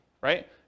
right